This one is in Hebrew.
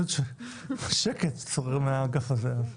שקט שורר באגף הזה,